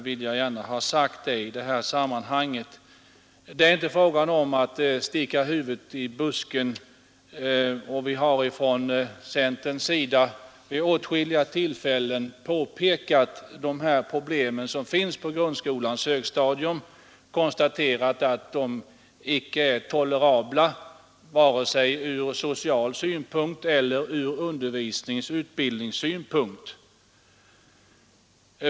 Vi har som sagt från centerns sida vid flera tillfällen påpekat de problem som finns på grundskolans högstadium, och konstaterat att de icke är tolerabla vare sig ur social synpunkt eller ur undervisningsoch utbildningssynpunkt.